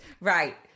right